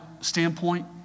standpoint